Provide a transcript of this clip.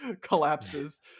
collapses